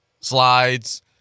slides